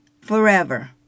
forever